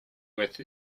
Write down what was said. with